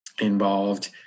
involved